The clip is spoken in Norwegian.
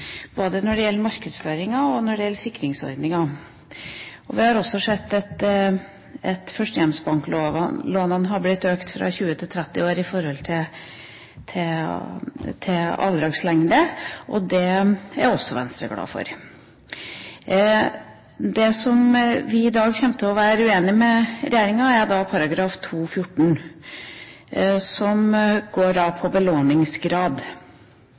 både når det gjelder markedsføring, og når det gjelder sikringsordningen. Vi har også sett at avdragslengden på førstehjemsbanklån har blitt økt fra 20 til 30 år, og det er også Venstre glad for. Det vi i dag er uenig med regjeringa i, er § 2-14, som går på belåningsgrad.